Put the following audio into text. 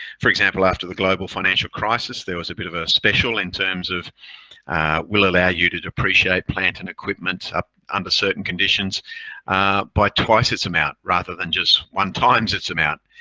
for example, after the global financial crisis, there was a bit of a special in terms of we'll allow you to depreciate plant and equipment up under certain conditions by twice its amount rather than just one times its amount.